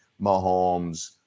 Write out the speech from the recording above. Mahomes